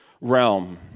realm